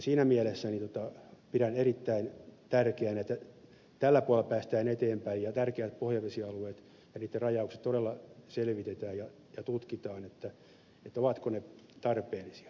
siinä mielessä pidän erittäin tärkeänä että tällä puolella päästään eteenpäin ja että pohjavesialueet ja niiden rajaukset todella selvitetään ja tutkitaan ovatko ne tarpeellisia